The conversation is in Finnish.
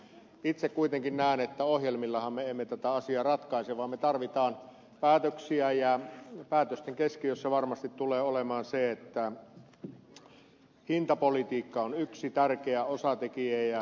itse kuitenkin näen että ohjelmillahan me emme tätä asiaa ratkaise vaan me tarvitsemme päätöksiä ja päätösten keskiössä varmasti tulee olemaan se että hintapolitiikka on yksi tärkeä osatekijä